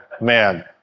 Man